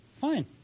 fine